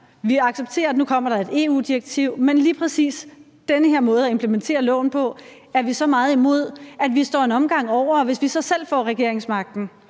vi accepterer, at nu kommer der et EU-direktiv, men lige præcis den her måde at implementere loven på er vi så meget imod, at vi står over en omgang, og hvis vi så selv får regeringsmagten,